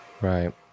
right